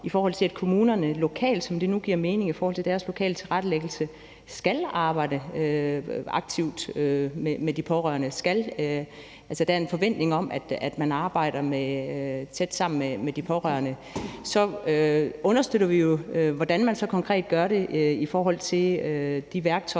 i forhold til at kommunerne lokalt, sådan som det nu giver mening i forhold til deres lokale tilrettelæggelse, skal arbejde aktivt med de pårørende – altså at der er en forventning om, at man arbejder tæt sammen med de pårørende – så understøtter vi jo, hvordan man så konkret med de værktøjer,